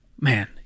Man